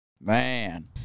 Man